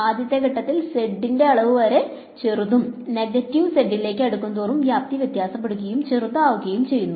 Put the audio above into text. ആദ്യത്തെ ഘട്ടത്തിൽ z ന്റെ അളവ് വളരെ ചെറുതും നെഗറ്റിവ് z ലേക്ക് അടുക്കുന്തോറും വ്യാപ്തി വ്യത്യാസപെടുകയും ചെറുതാവുകയും ചെയുന്നു